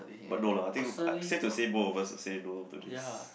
but no lah I think sad to say both of us will say no to this